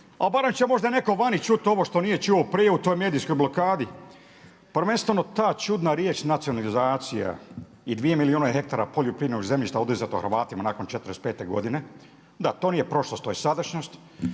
Ali barem će možda netko vani čuti ovo što nije čuo prije u toj medijskoj blokadi, prvenstveno ta čudna riječ nacionalizacija i dvije milijune hektara poljoprivrednog zemljišta oduzeto Hrvatima nakon '45. godine. Da, to nije prošlost, to je sadašnjost.